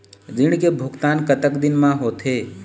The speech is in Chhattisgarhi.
ऋण के भुगतान कतक दिन म होथे?